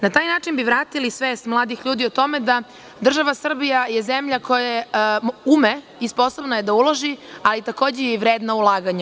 Na taj način bi vratili svest mladih ljudi o tome da država Srbija je zemlja koja ume i sposobna je da uloži, ali takođe i vredna ulaganju.